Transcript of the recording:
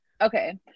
okay